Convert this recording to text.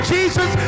Jesus